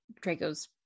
Draco's